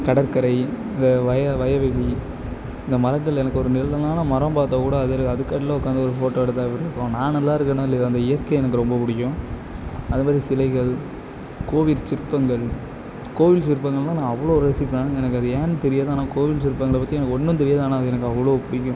கடற்கரை இந்த வய வயவெளி இந்த மரத்தில் எனக்கு ஒரு நிழலுலான மரம் பார்த்தா கூட அதில் அதுக்கு அடியில் உக்காந்து ஒரு ஃபோட்டோ எடுத்தால் எப்படிருக்கும் நான் நல்லா இருக்கனோ இல்லையோ அந்த இயற்கை எனக்கு ரொம்ப பிடிக்கும் அது மாதிரி சிலைகள் கோவில் சிற்பங்கள் கோவில் சிற்பங்கள்னா நான் அவ்வளோ ரசிப்பேன் எனக்கு அது ஏன்னு தெரியாது ஆனால் கோவில் சிற்பங்களை பற்றி எனக்கு ஒன்றும் தெரியாது ஆனால் அது எனக்கு அவ்வளோ பிடிக்கும்